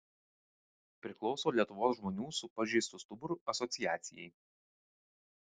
priklauso lietuvos žmonių su pažeistu stuburu asociacijai